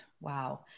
Wow